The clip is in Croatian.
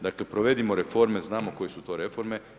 Dakle, provedimo reforme, znamo koje su to reforme.